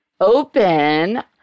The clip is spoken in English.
open